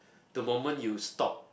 the moment you stop